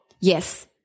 Yes